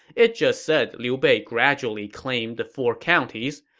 it just said liu bei gradually claimed the four counties.